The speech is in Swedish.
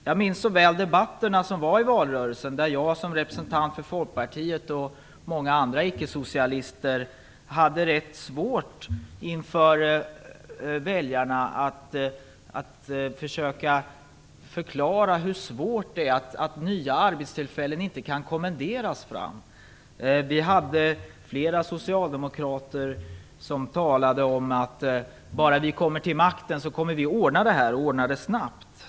Jag minns så väl debatterna under valrörelsen, där jag som representant för Folkpartiet och många andra icke-socialister hade rätt svårt att förklara för väljarna att nya arbetstillfällen inte kan kommenderas fram. Flera socialdemokrater sade att om de bara kom till makten så skulle situationen ordnas snabbt.